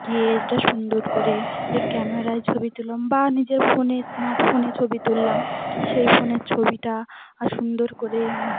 গিয়ে এটা সুন্দর করে এ ক্যামেরায় ছবি তুললাম বা নিজের ফোনে স্মার্ট ফোনে ছবি তুললাম সেই ফোনের ছবিটা আর সুন্দর করে